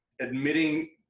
admitting